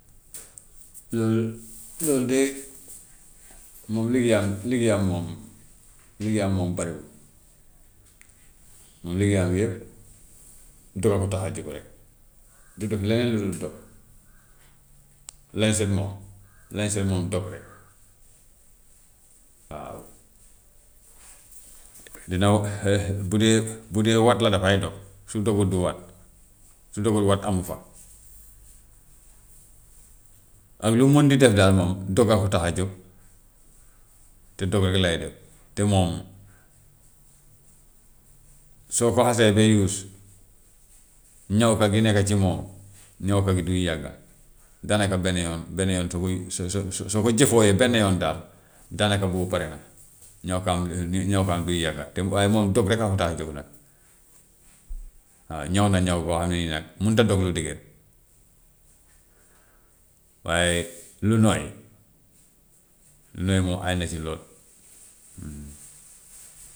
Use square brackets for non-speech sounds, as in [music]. [noise] loolu de moom liggéeyam liggéeyam moom liggéeyam moom bariwul, moom liggéeyam yëpp dog a ko tax a jóg rek, [noise] du def leneen lu dul dog, lañset moom lañset moom dog rek. [noise] Waaw [noise] dina [hesitation] bu dee bu dee wat la dafay dog, su dogut du wat, su dogut wat amu fa. [noise] Ak lu mu mën ti def daal moom dog a ko tax a jóg te dog rek lay def, te moom soo ko xasee ba use ñawka bi nekk ci moom ñawka bi duy yàqqa daanaka benn yoon, benn yoon soo ko u- soo soo soo ko jëfoowee benn yoon daal daanaka boobu pare na, ñawkaam [hesitation] ñawkaam duy yàgga te waaye moom dog rek a ko tax a jóg nag. Waaw ñaw na ñaw boo xam ne nii nag munut a dog lu dëgër, [noise] waaye lu nooy, lu nooy moom aay na si lool. [noise]